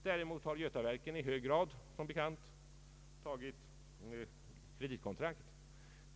Däremot har Götaverken som bekant i stor utsträckning tagit kreditkontrakt.